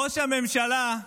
ראש הממשלה,